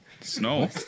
Snow